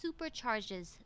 supercharges